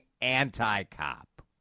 anti-cop